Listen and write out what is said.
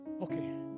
Okay